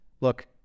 look